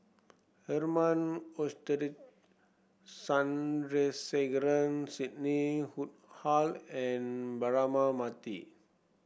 Herman Hochstadt Sandrasegaran Sidney Woodhull and Braema Mathi